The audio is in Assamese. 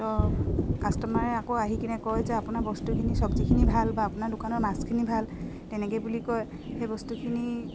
তো কাষ্টমাৰে আকৌ আহি কিনে কয় যে আপোনাৰ বস্তুখিনি চবজিখিনি ভাল বা আপোনাৰ দোকানৰ মাছখিনি ভাল তেনেকে বুলি কয় সেই বস্তুখিনি